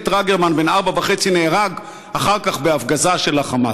טרגרמן בן הארבע וחצי נהרג אחר כך בהפגזה של החמאס.